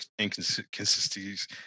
inconsistencies